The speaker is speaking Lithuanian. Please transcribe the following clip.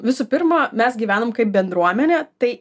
visų pirma mes gyvenam kaip bendruomenė tai